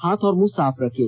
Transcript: हाथ और मुंह साफ रखें